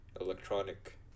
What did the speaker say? electronic